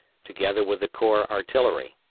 together with the corps artillery.